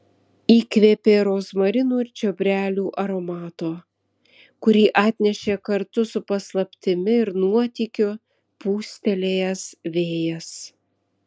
įkvėpė rozmarinų ir čiobrelių aromato kurį atnešė kartu su paslaptimi ir nuotykiu pūstelėjęs vėjas